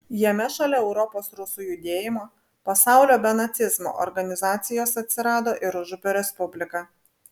jame šalia europos rusų judėjimo pasaulio be nacizmo organizacijos atsirado ir užupio respublika